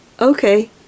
okay